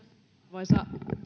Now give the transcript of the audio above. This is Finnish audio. arvoisa